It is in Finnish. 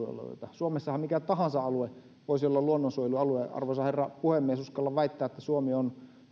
suomessahan mikä tahansa alue voisi olla luonnonsuojelualue arvoisa herra puhemies uskallan väittää että suomi on